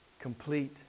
complete